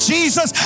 Jesus